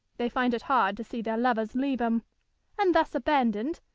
they find it hard to see their lovers leave em and thus abandoned,